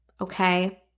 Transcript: okay